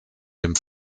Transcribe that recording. dem